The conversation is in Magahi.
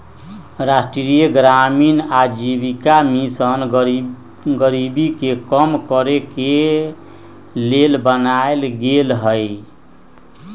राष्ट्रीय ग्रामीण आजीविका मिशन गरीबी के कम करेके के लेल बनाएल गेल हइ